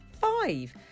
Five